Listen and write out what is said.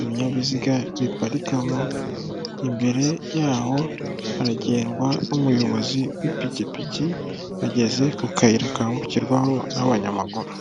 ibinyabiziga biparikamo, imbere yaho haragendwa n'umuyobozi w'ipikipiki, ageze ku kayira kambukirwaho n'abanyamaguru.